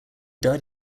died